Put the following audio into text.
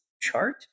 chart